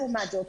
לעומת זאת,